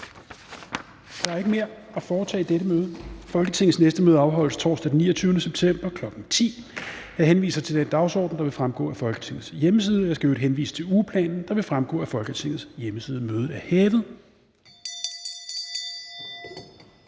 Der er ikke mere at foretage i dette møde. Folketingets næste møde afholdes torsdag den 29. september 2022, kl. 10.00. Jeg henviser til den dagsorden, der vil fremgå af Folketingets hjemmeside, og jeg skal i øvrigt henvise til ugeplanen, der vil fremgå af Folketingets hjemmeside. Mødet er hævet.